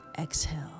exhale